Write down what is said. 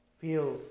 feel